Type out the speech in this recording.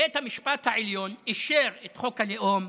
בית המשפט העליון אישר את חוק הלאום,